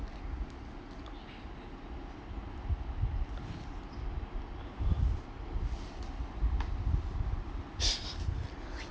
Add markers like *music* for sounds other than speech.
*laughs*